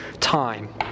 time